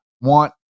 want